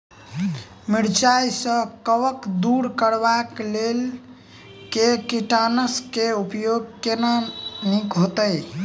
मिरचाई सँ कवक दूर करबाक लेल केँ कीटनासक केँ उपयोग केनाइ नीक होइत?